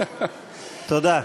תודה.